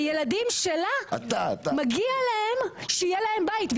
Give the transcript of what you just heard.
הילדים שלה מגיע להם שיהיה להם בית,